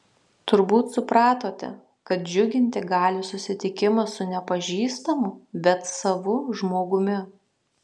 turbūt supratote kad džiuginti gali susitikimas su nepažįstamu bet savu žmogumi